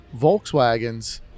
Volkswagens